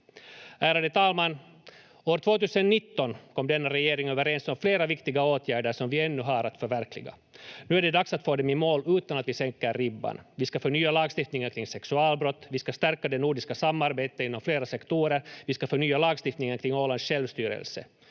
Ärade talman! År 2019 kom denna regering överens om flera viktiga åtgärder som vi ännu har att förverkliga. Nu är det dags att få dem i mål utan att vi sänker ribban. Vi ska förnya lagstiftningen kring sexualbrott. Vi ska stärka det nordiska samarbetet inom flera sektorer. Vi ska förnya lagstiftningen kring Ålands självstyrelse.